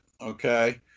okay